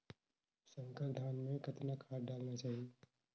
संकर धान मे कतना खाद डालना चाही?